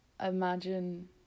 imagine